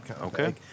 Okay